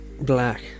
Black